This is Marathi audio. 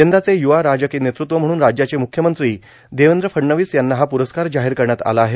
यंदाचे यूवा राजकोय नेतृत्व म्हणून राज्याचे मूख्यमंत्री देवद्र फडणवीस यांना हा प्रस्कार जाहोर करण्यात आला आहे